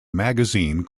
magazine